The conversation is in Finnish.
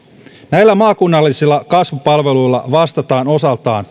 näillä maakunnallisilla kasvupalveluilla vastataan osaltaan